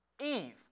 Eve